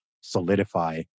solidify